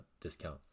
discount